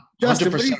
Justin